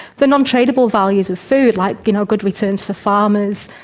the non-tradeable values of food like, you know, good returns for farmers,